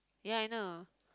ya I know